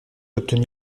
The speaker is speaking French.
obtenu